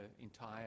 entire